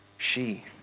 she.